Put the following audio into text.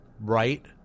right